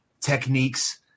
techniques